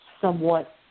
somewhat